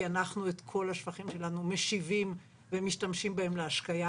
כי אנחנו את כל השפכים שלנו משיבים ומשתמשים בהם להשקיה.